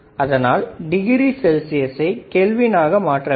அதனால் degree Celsius ஐ kelvin ஆக ஆற்ற வேண்டும்